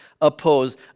oppose